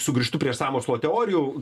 sugrįžtu prie sąmokslo teorijų